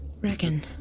Reckon